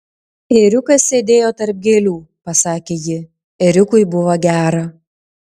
ėriukas sėdėjo tarp gėlių pasakė ji ėriukui buvo gera